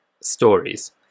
stories